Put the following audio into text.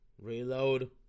Reload